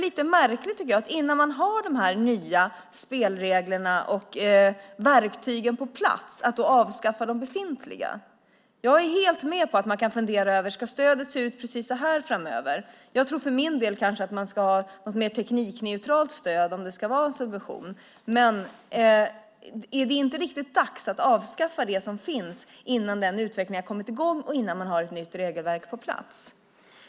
Att innan man har de nya spelreglerna och verktygen på plats avskaffa de befintliga känns lite märkligt. Jag är helt med på att man kan behöva fundera över om stödet ska se ut exakt på detta sätt i framtiden. Jag för min del tror att man kanske ska ha ett mer teknikneutralt stöd om det ska subventioneras, men det är inte riktigt dags att avskaffa det stöd som finns innan utvecklingen kommit i gång och ett nytt regelverk finns på plats.